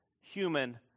human